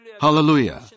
Hallelujah